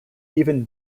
even